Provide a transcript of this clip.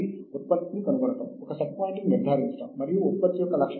కాబట్టి ResearchGate మరియు Academia